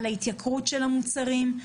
ההתייקרות של המוצרים,